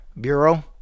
Bureau